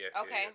Okay